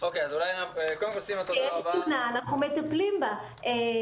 אם יש תלונה אנחנו מטפלים בה.